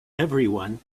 everyone